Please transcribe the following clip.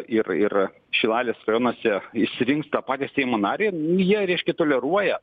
ir ir šilalės rajonuose išsirinks tą patį seimo narį jie reiškia toleruoja